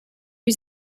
was